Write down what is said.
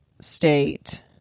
State